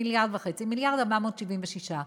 זה יוצא מיליארד וחצי, 1.476 מיליארד,